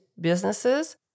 businesses